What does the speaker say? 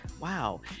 Wow